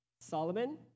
Solomon